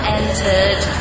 entered